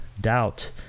doubt